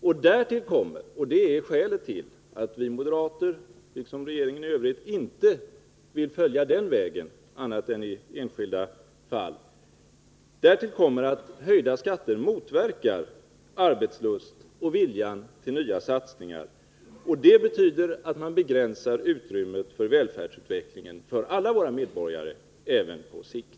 Och därtill kommer — det är skälet till att vi moderater liksom regeringen i övrigt inte vill följa den vägen annat än i enskilda fall — att höjda skatter motverkar arbetslusten och viljan att göra nya satsningar. Det betyder att man begränsar utrymmet för välfärdsutvecklingen för alla våra medborgare, även på sikt.